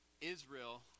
Israel